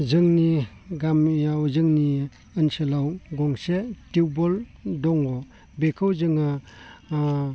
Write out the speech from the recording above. जोंनि गामियाव जोंनि ओनसोलाव गंसे टिउबवेल दङ बेखौ जोङो